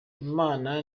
imana